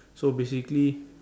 so basically